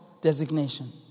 designation